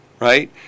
Right